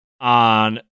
on